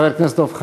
חברי הכנסת דב חנין,